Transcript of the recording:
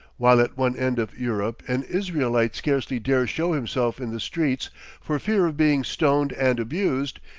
while at one end of europe an israelite scarcely dares show himself in the streets for fear of being stoned and abused,